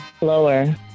Lower